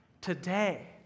today